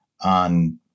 on